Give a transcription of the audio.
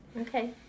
okay